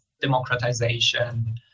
democratization